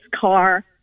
car